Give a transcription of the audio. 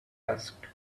asked